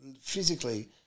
physically